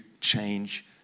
change